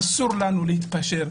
אסור לנו להתפשר.